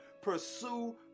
pursue